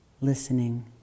listening